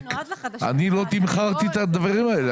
אני לא תמחרתי את הדברים האלה.